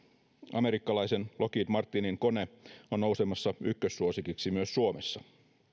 amerikkalaisen lockheed martinin kone on nousemassa ykkössuosikiksi myös suomessa